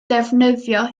defnyddio